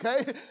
okay